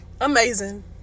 amazing